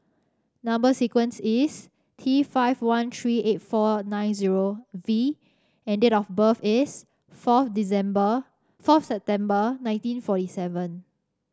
number sequence is T five one three eight four nine zero V and date of birth is fourth December fourth September nineteen forty seven